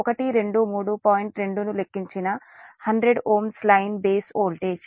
2 ను లెక్కించిన 100 Ω line base voltage